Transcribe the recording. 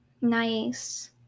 Nice